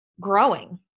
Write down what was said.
growing